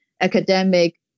academic